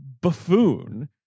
buffoon